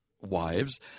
Wives